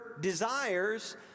desires